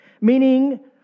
Meaning